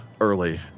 early